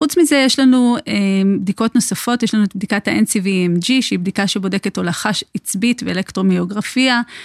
חוץ מזה יש לנו בדיקות נוספות, יש לנו את בדיקת ה-NCVMG שהיא בדיקה שבודקת הולכה עצבית ואלקטרומיוגרפיה.